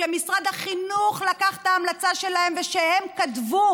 שמשרד החינוך לקח את ההמלצה שלהם והם כתבו